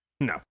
No